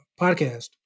podcast